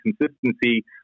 consistency